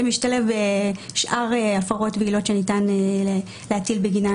זה משתלב בשאר הפרות ועילות שניתן להטיל בגינן